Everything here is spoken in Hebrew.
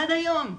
עד היום.